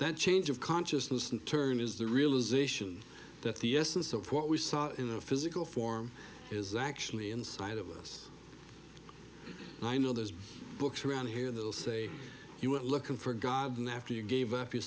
that change of consciousness and turn is the realization that the essence of what we saw in the physical form is actually inside of us and i know there's books around here that will say you went looking for god and after you gave up you